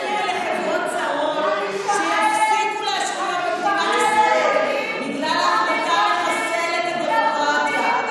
תראי איך שידורי התעמולה מהדהדים כל הזמן את השקרים שלכם.